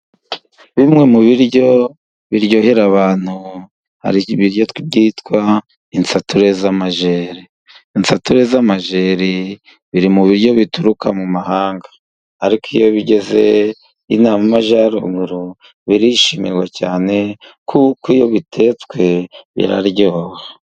Bimwe mu biryo biryohera abantu, hari ibiryo byitwa insature z'amajeri. Insature z'amajeri, ziri mu biryo bituruka mu mahanga. Ariko iyo bigeze inaha mu majyaruguru birishimirwa cyane, kuko iyo bitetswe biraryoha.